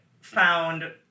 found